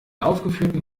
aufgeführten